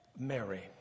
Mary